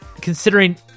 considering